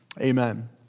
Amen